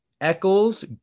Eccles